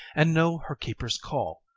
and know her keeper's call,